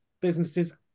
businesses